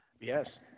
Yes